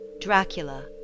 Dracula